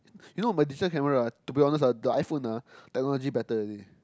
you know my digital camera to be honest ah the iPhone ah technology better already